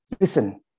Listen